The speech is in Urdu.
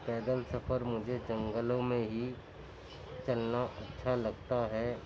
پیدل سفر مجھے جنگلوں میں ہی چلنا اچھا لگتا ہے